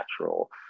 natural